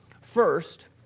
First